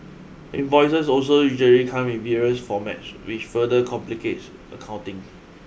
invoices also usually come in various formats which further complicates accounting